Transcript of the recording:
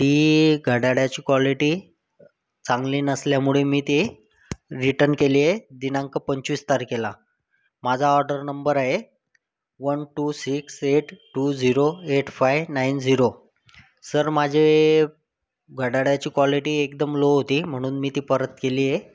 ती घड्याळाची कॉलिटी चांगली नसल्यामुळे मी ती रिटर्न केली आहे दिनांक पंचवीस तारखेला माझा ऑर्डर नंबर आहे one two six eight two zero eight five nine zero sir माझे घड्याळाची कॉलिटी एकदम लो होती म्हणून मी ती परत केली आहे